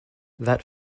that